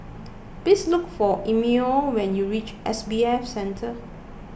please look for Emilio when you reach S B F Center